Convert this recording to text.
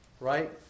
right